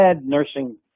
Nursing